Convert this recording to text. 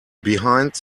behind